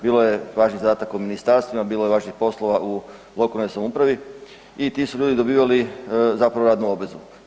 Bilo je važnih zadataka u ministarstvima, bilo je važnih poslova u lokalnoj samoupravi i ti su ljudi dobivali zapravo radnu obvezu.